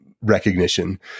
recognition